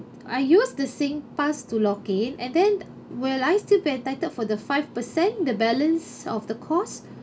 I use the sing pass to lock in and then will I still be entitled for the five percent the balance of the cost